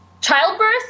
childbirth